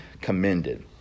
commended